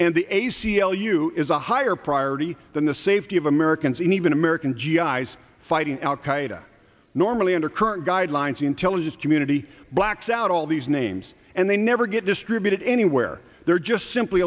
and the a c l u is a higher priority than the safety of americans and even american g i s fighting al qaeda normally under current guidelines the intelligence community blacks out all these names and they never get distributed anywhere they're just simply